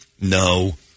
No